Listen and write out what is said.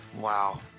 Wow